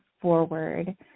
forward